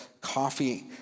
Coffee